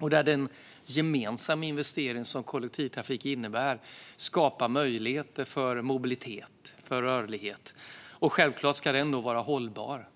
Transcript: och för att den gemensamma investering som kollektivtrafik innebär ska skapa möjligheter för mobilitet, för rörlighet. Självklart ska den vara hållbar.